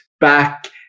back